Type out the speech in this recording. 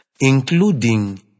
including